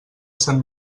sant